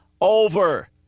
over